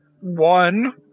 one